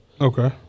Okay